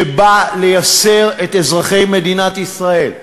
שבא לייסר את אזרחי מדינת ישראל.